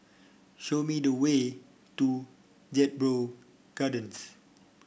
show me the way to Jedburgh Gardens